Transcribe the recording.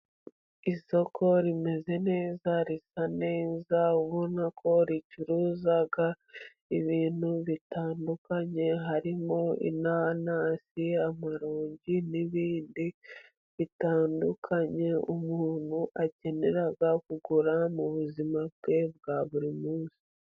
Isoko rimeze neza, risa neza ubona ko ricuruza ibintu bitandukanye, harimo: inanasi, amarongi n'ibindi bitandukanye, umuntu akenera kugura mu buzima bwe bwa buri munsi.